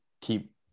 keep